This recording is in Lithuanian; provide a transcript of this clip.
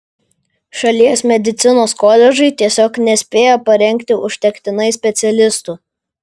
šalies medicinos koledžai tiesiog nespėja parengti užtektinai specialistų